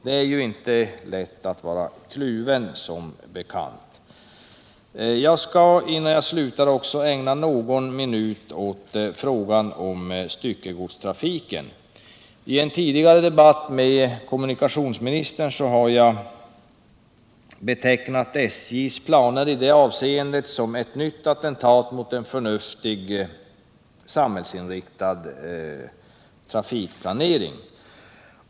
Det är inte lätt att vara kluven, som bekant. Jag skall innan jag slutar också ägna någon minut åt frågan om styckegodstrafiken. I en tidigare debatt med kommunikationsministern har jag betecknat SJ:s planer i det avseendet som ett nytt attentat mot en förnuftig, samhällsinriktad trafikplanering.